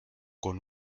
con